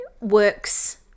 works